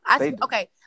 Okay